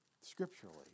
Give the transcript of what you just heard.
scripturally